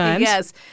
Yes